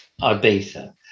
Ibiza